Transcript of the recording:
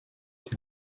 die